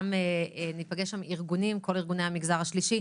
גם ניפגש שם עם ארגונים כל ארגוני המגזר השלישי.